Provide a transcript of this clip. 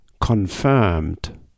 Confirmed